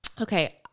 Okay